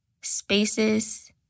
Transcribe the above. spaces